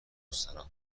مستراح